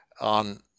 on